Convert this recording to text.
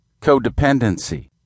codependency